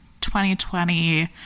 2020